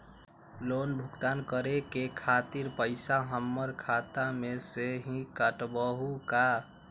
Loan भुगतान करे के खातिर पैसा हमर खाता में से ही काटबहु का?